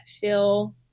feel